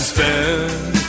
spend